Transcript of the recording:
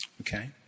Okay